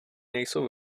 nejsou